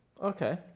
Okay